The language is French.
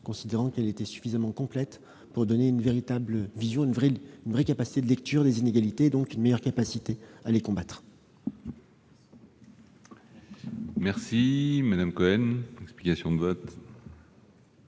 considérant qu'elle était suffisamment complète pour donner une véritable vision et une réelle capacité de lecture des inégalités, et donc une meilleure capacité à les combattre. La parole est à Mme Laurence Cohen, pour explication de vote.